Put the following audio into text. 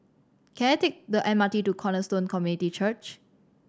can I take the M R T to Cornerstone Community Church